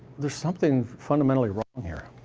there's something fundamentally wrong here.